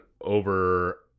over